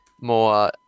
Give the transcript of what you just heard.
more